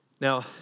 Now